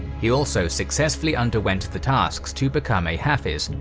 he also successfully underwent the tasks to become a hafiz,